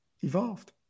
evolved